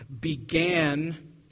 began